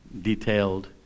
detailed